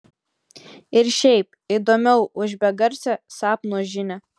ir šiaip įdomiau už begarsę sapno žinią